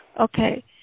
Okay